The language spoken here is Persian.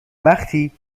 وقتی